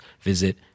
visit